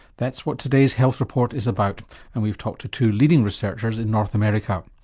that's what today's health report is about and we've talked to two leading researchers in north america.